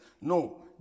No